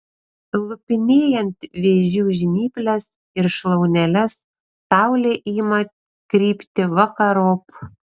lupinėjant vėžių žnyples ir šlauneles saulė ima krypti vakarop